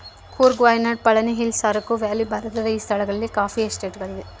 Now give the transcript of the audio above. Coorg Wayanad Palani Hills Araku Valley ಭಾರತದ ಈ ಸ್ಥಳಗಳಲ್ಲಿ ಕಾಫಿ ಎಸ್ಟೇಟ್ ಗಳಿವೆ